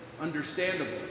understandable